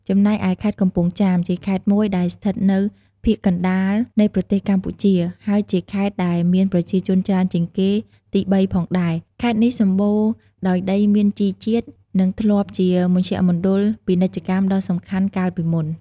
ចំណែកឯខេត្តកំពង់ចាម ជាខេត្តមួយដែលស្ថិតនៅភាគកណ្តាលនៃប្រទេសកម្ពុជា ហើយជាខេត្តដែលមានប្រជាជនច្រើនជាងគេទីបីផងដែរ ខេត្តនេះសម្បូរដោយដីមានជីជាតិនិងធ្លាប់ជាមជ្ឈមណ្ឌលពាណិជ្ជកម្មដ៏សំខាន់កាលពីមុន។